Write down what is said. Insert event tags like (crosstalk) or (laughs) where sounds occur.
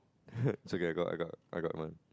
(laughs) it's okay I got I got I got one